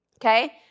okay